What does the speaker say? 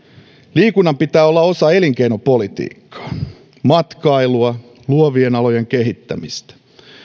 liikunnan pitää olla osa elinkeinopolitiikkaa matkailua luovien alojen kehittämistä